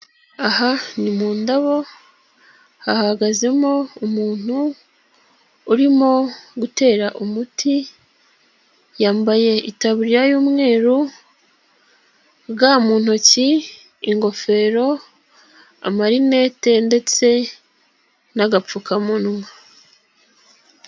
Aha ni mu ndabo hahagazemo umuntu urimo gutera umuti, yambaye itaburiya y'umweru, ga mu ntoki, ingofero, amarinete ndetse n'agapfukamunwa.